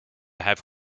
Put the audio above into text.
have